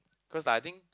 cause I think